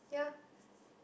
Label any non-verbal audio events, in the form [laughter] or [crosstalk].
yeah [breath]